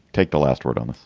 take the last word on this